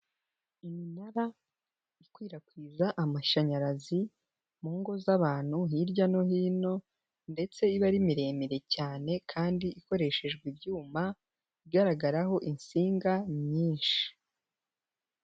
Iminara ikwirakwiza amashanyarazi mu ngo z'abantu hirya no hino ndetse iba ari miremire cyane kandi ikoreshejwe ibyuma, igaragaraho insinga nyinshi.